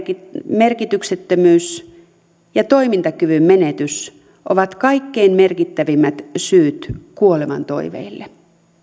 merkityksettömyys ja toimintakyvyn menetys ovat kaikkein merkittävimmät syyt kuoleman toiveelle